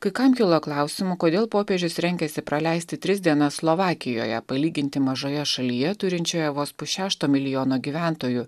kai kam kilo klausimų kodėl popiežius rengiasi praleisti tris dienas slovakijoje palyginti mažoje šalyje turinčioje vos pusšešto milijono gyventojų